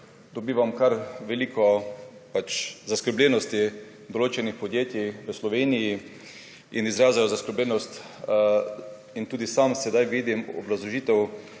dobivam kar veliko zaskrbljenosti določenih podjetij v Sloveniji, izražajo zaskrbljenost in tudi sam sedaj vidim obrazložitev